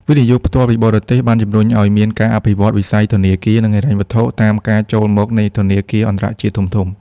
វិនិយោគផ្ទាល់ពីបរទេស ក៏បានជំរុញឱ្យមានការអភិវឌ្ឍវិស័យធនាគារ និងហិរញ្ញវត្ថុ តាមរយៈការចូលមកនៃធនាគារអន្តរជាតិធំៗ។